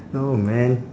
no man